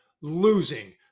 losing